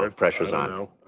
um pressure's ah on.